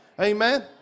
Amen